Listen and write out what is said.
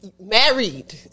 married